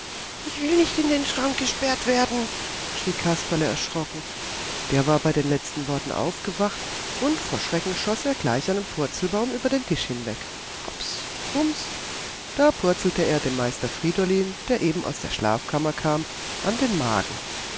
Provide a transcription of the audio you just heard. ich will nicht in den schrank gesperrt werden schrie kasperle erschrocken der war bei den letzten worten aufgewacht und vor schrecken schoß er gleich einen purzelbaum über den tisch hinweg hops bums da purzelte er dem meister friedolin der eben aus der schlafkammer kam an den magen